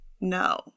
No